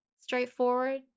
straightforward